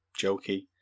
jokey